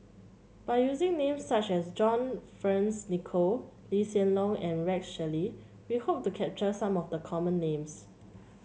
by using names such as John Fearns Nicoll Lee Hsien Loong and Rex Shelley we hope to capture some of the common names